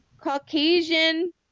Caucasian